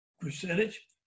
percentage